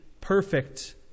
perfect